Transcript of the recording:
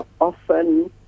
often